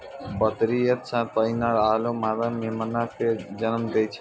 बकरी एक साथ कई नर आरो मादा मेमना कॅ जन्म दै छै